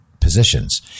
positions